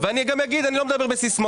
ואני גם אגיד, אני לא מדבר בסיסמאות